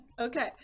Okay